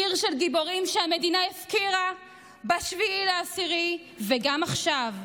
עיר של גיבורים שהמדינה הפקירה ב-7 באוקטובר וגם עכשיו,